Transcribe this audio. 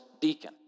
deacon